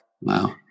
wow